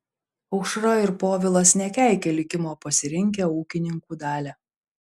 aušra ir povilas nekeikia likimo pasirinkę ūkininkų dalią